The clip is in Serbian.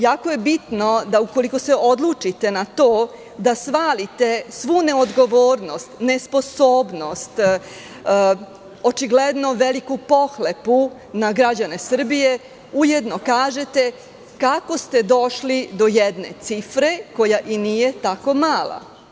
Jako je bitno da, ukoliko se odlučite na to da svalite svu neodgovornost, nesposobnost, očigledno veliku pohlepu na građane Srbije, ujedno kažete kako ste došli do jedne cifre koja i nije tako mala?